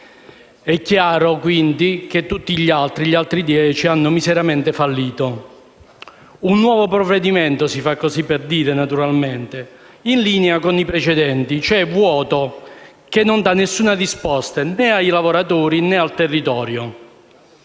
è chiaro quindi che gli altri dieci hanno miseramente fallito. È un nuovo provvedimento - si fa per dire, naturalmente - in linea con i precedenti, cioè vuoto, che non da nessuna risposta né ai lavoratori né al territorio.